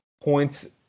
points